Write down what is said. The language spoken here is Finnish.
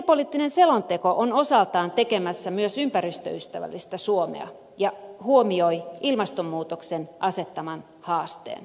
liikennepoliittinen selonteko on osaltaan tekemässä myös ympäristöystävällistä suomea ja huomioi ilmastonmuutoksen asettaman haasteen